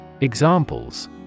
Examples